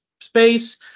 space